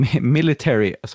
military